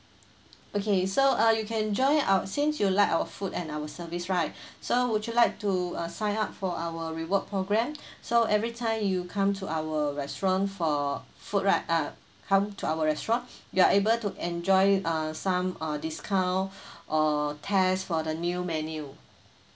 okay so uh you can enjoy ou~ since you like our food and our service right so would you like to uh sign up for our reward program so every time you come to our restaurant for food right ah come to our restaurant you're able to enjoy uh some uh discount or test for the new menu